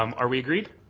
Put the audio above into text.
um are we agreed?